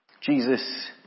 Jesus